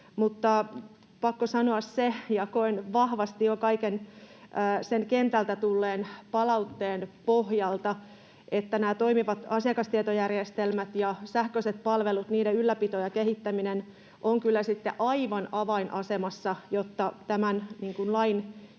Mutta pakko sanoa se, ja koen vahvasti jo kaiken sen kentältä tulleen palautteen pohjalta, että nämä toimivat asiakastietojärjestelmät ja sähköiset palvelut, niiden ylläpito ja kehittäminen ovat kyllä sitten aivan avainasemassa, jotta tämän lain